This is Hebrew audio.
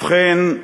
ובכן,